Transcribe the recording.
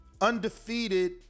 Undefeated